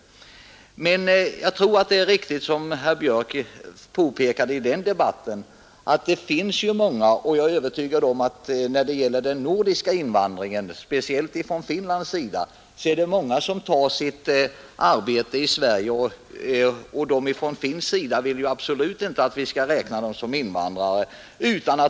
Jag tror emellertid att det är riktigt, som herr Björk i Göteborg påpekade i debatten om konstitutionsutskottets betänkande nr 47, att många invandrare, särskilt de nordiska, bara är här för att arbeta en tid. Speciellt de finländare som arbetar här vill i många fall inte räknas som invandrare.